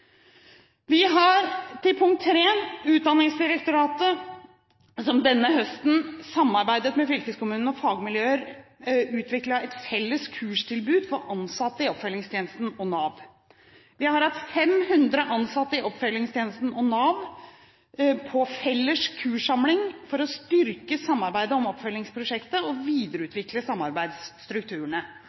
av skolen. Til punkt 3: Utdanningsdirektoratet har denne høsten samarbeidet med fylkeskommunene og fagmiljøer og utviklet et felles kurstilbud for ansatte i oppfølgingstjenesten og Nav. Vi har hatt 500 ansatte i oppfølgingstjenesten og Nav på felles kurssamling for å styrke samarbeidet om oppfølgingsprosjektet og videreutvikle samarbeidsstrukturene.